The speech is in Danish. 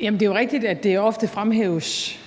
Jamen det er jo rigtigt, at det ofte fremhæves